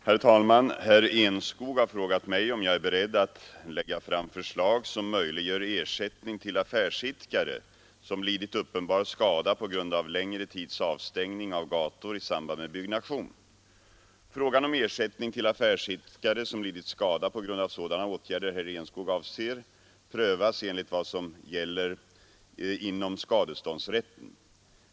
Herr talman! Herr Enskog har frågat mig om jag är beredd att lägga fram förslag som möjliggör ersättning till affärsidkare som lidit uppenbar skada på grund av längre tids avstängning av gator i samband med byggnation. Frågan om ersättning till affärsidkare som lidit skada på grund av sådana åtgärder herr Enskog avser prövas enligt vad som gäller inom skadeståndsrätten.